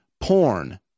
porn